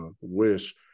Wish